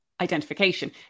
identification